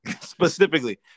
specifically